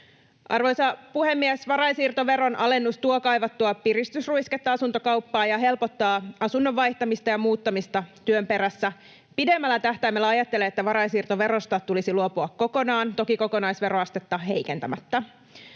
Arvoisa puhemies! Varainsiirtoveron alennus tuo kaivattua piristysruisketta asuntokauppaan ja helpottaa asunnon vaihtamista ja muuttamista työn perässä. Pidemmällä tähtäimellä ajattelen, että varainsiirtoverosta tulisi luopua kokonaan, toki kokonaisveroastetta heikentämättä.